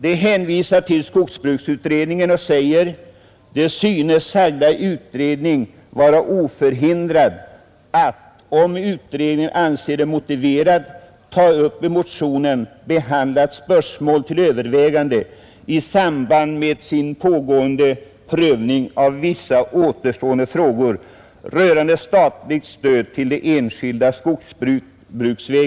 De hänvisar till skogsbruksutredningen och skriver att sagda utredning synes ”vara oförhindrad att — om utredningen anser det motiverat — ta upp i motionen behandlat spörsmål till övervägande i samband med sin pågående prövning av vissa återstående frågor rörande statligt stöd till det enskilda skogsbruket”.